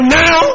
now